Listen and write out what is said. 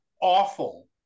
awful